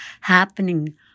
happening